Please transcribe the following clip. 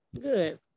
Good